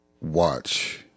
watch